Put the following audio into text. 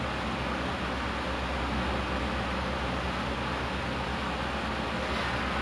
to eat it because I really like the biscuit wha~ and between like me and my datuk like um